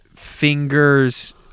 Fingers